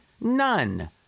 None